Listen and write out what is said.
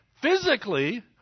Physically